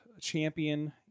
champion